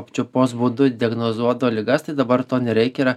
apčiuopos būdu diagnozuodavo ligas tai dabar to nereikia yra